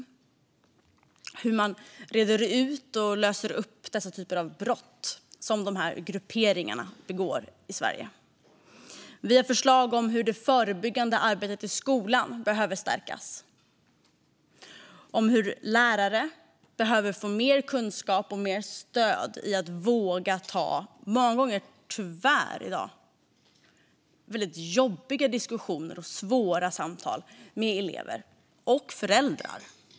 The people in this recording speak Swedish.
Det handlar om hur man reder ut och löser dessa typer av brott som dessa grupperingar begår i Sverige. Vi har förslag om hur det förebyggande arbetet i skolan behöver stärkas. Det handlar om hur lärare behöver få mer kunskap och mer stöd i att våga ta i dag tyvärr många gånger väldigt jobbiga diskussioner och svåra samtal med elever och föräldrar.